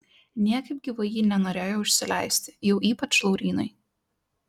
niekaip gyvai ji nenorėjo užsileisti jau ypač laurynui